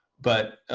but